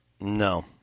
No